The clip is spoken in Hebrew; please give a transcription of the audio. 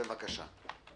בבקשה.